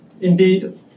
Indeed